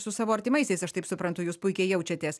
su savo artimaisiais aš taip suprantu jūs puikiai jaučiatės